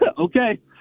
Okay